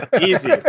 easy